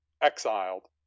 exiled